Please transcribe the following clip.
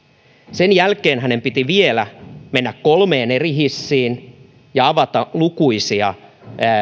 sen jälkeen hänen piti vielä mennä kolmeen eri hissiin ja avata lukuisia